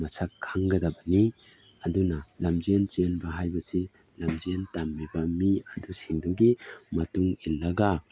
ꯃꯁꯛ ꯈꯪꯒꯗꯕꯅꯤ ꯑꯗꯨꯅ ꯂꯝꯖꯦꯟ ꯆꯦꯟꯕ ꯍꯥꯏꯕꯁꯤ ꯂꯝꯖꯦꯟ ꯇꯝꯃꯤꯕ ꯃꯤ ꯑꯗꯨ ꯁꯤꯡꯗꯨꯒꯤ ꯃꯇꯨꯡ ꯏꯜꯂꯒ